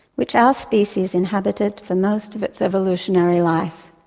which our species inhabited for most of its evolutionary life.